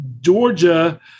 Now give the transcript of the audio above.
Georgia